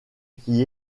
qui